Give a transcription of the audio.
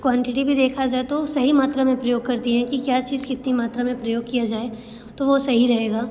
quantity भी देखा जाए तो सही मात्रा में प्रयोग करती हैं कि क्या चीस कितनी मात्रा में प्रयोग किया जाए तो वो सही रहेगा